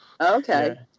Okay